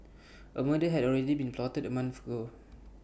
A murder had already been plotted A month ago